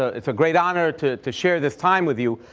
it's a great honor to to share this time with you.